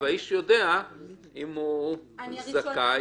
והאדם יודע אם הוא זכאי או לא.